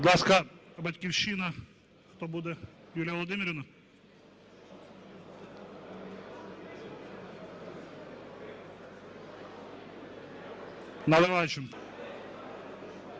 "Батьківщина", хто буде? Юлія Володимирівна? Наливайченко.